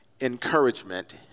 Encouragement